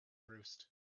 roost